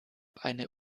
eine